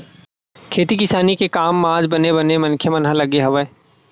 खेती किसानी के काम म आज बने बने मनखे मन ह लगे हवय